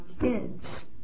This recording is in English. kids